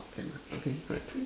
can ah okay right